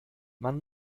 man